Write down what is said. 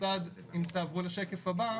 אם תעברו לשקף הבא,